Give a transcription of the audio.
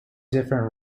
different